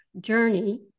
journey